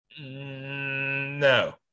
No